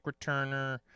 returner